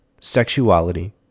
sexuality